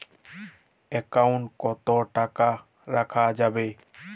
Account কত টাকা রাখা যাবে?